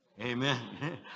Amen